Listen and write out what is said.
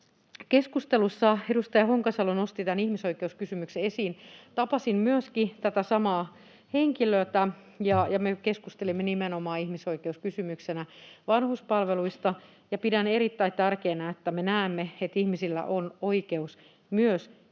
keskustelussa edustaja Honkasalo nosti tämän ihmisoikeuskysymyksen esiin. Tapasin myöskin tätä samaa henkilöä, ja me keskustelimme nimenomaan ihmisoikeuskysymyksenä vanhuspalveluista. Pidän erittäin tärkeänä, että me näemme, että ihmisillä on oikeus myös